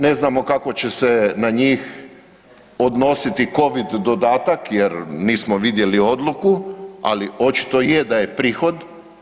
Ne znamo kako će se na njih odnositi covid dodatak, jer nismo vidjeli odluku ali očito je da je prihod.